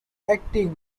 acting